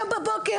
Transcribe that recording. היום בבוקר,